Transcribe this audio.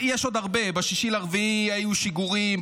יש עוד הרבה: ב-6 באפריל היו שיגורים,